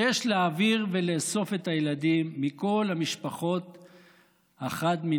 שיש להעביר ולאסוף את הילדים מכל המשפחות החד-מיניות,